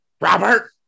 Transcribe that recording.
Robert